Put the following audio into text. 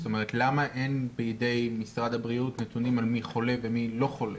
זאת אומרת למה אין בידי משרד הבריאות נתונים על מי חולה ומי לא חולה?